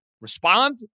respond